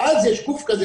ואז יש גוף כזה,